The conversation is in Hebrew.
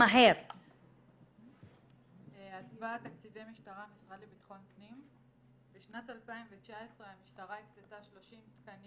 מה -- בשנת 2019 המשטרה הקצתה 30 תקני